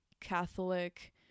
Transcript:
Catholic